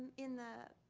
in the